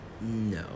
No